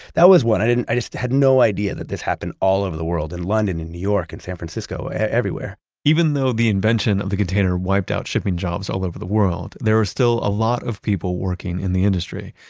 that was one. i just had no idea that this happened all over the world, in london, in new york, in san francisco, everywhere even though the invention of the container wiped out shipping jobs all over the world, there was still a lot of people working in the industry.